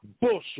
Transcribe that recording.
Bullshit